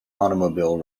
automobile